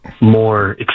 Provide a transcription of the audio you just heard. more